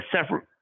separate